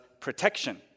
protection